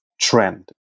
trend